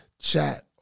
chat